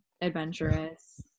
adventurous